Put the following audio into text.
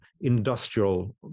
industrial